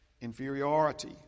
inferiority